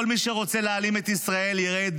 כל מי שרוצה להעלים את ישראל יראה את